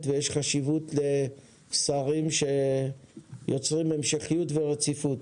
ויש חשובות לשרים שיוצרים המשכיות ורציפות.